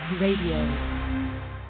Radio